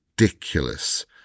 ridiculous